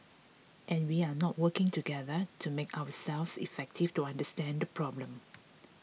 and we are not working together to make ourselves effective to understand the problem